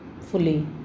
fully